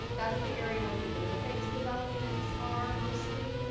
that's the area where the olympics developments are mostly,